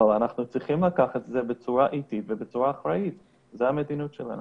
אבל אנחנו צריכים לקחת את זה בצורה איטית ואחראית - זו המדיניות שלנו.